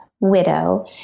widow